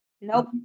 Nope